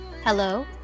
Hello